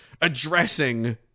addressing